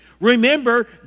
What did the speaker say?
Remember